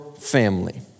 family